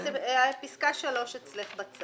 פסקה (3) אצלך.